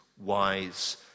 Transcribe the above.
wise